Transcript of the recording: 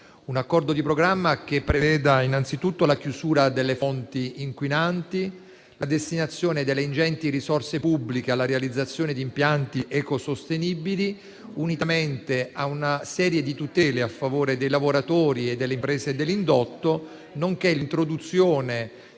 un accordo di programma, che preveda innanzitutto la chiusura delle fonti inquinanti e la destinazione delle ingenti risorse pubbliche alla realizzazione di impianti ecosostenibili, unitamente a una serie di tutele a favore dei lavoratori e delle imprese dell'indotto, nonché l'introduzione